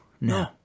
no